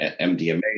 MDMA